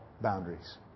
boundaries